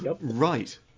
Right